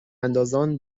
اندازان